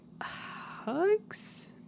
hugs